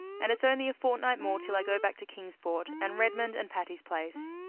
and it's only a fortnight more till i go back to kingsport, and redmond and patty's place.